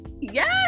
yes